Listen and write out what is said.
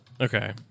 Okay